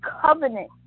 covenant